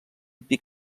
pic